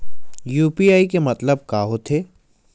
UPI के मतलब का होथे?